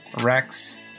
Rex